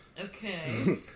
Okay